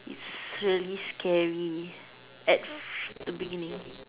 it's really scary at the beginning